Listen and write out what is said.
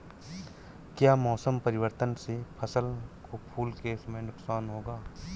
क्या मौसम परिवर्तन से फसल को फूल के समय नुकसान होगा?